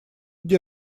где